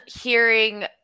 hearing